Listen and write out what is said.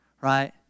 right